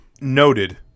Noted